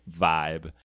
vibe